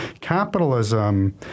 capitalism